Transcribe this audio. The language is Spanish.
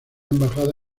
embajada